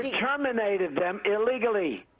terminated them illegally.